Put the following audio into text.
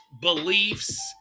beliefs